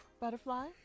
Butterfly